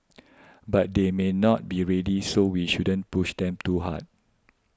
but they may not be ready so we shouldn't push them too hard